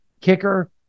Kicker